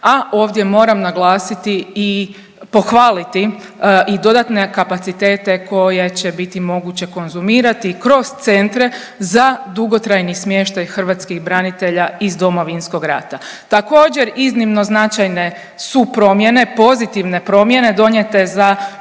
a ovdje moram naglasiti i pohvaliti i dodatne kapacitete koje će biti moguće konzumirati kroz centre za dugotrajni smještaj hrvatskih branitelja iz Domovinskog rata. Također iznimno značajne su promjene, pozitivne promjene donijete za